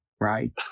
Right